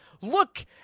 Look